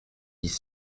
dix